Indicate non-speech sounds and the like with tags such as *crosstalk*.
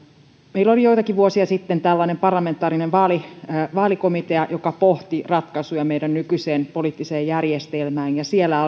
meillä oli joitakin vuosia sitten parlamentaarinen vaalikomitea joka pohti ratkaisuja meidän nykyiseen poliittiseen järjestelmäämme ja siellä *unintelligible*